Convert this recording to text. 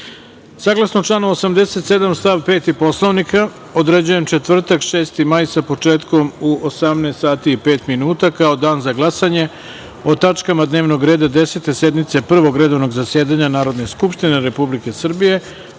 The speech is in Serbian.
zakona. Saglasno članu 87. stav 5. Poslovnika, određujem četvrtak, 6. maj, sa početkom u 18,05 časova kao Dan za glasanje o tačkama dnevnog reda Desete sednice Prvog redovnog zasedanja Narodne skupštine Republike Srbije